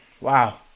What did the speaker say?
wow